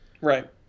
Right